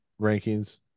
rankings